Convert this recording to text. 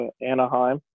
Anaheim